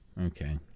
okay